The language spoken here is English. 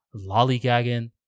lollygagging